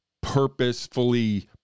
purposefully